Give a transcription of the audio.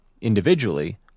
individually